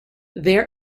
their